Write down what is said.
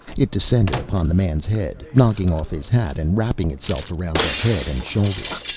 it descended upon the man's head, knocking off his hat and wrapping itself around the head and shoulders.